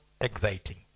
exciting